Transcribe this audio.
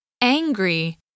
Angry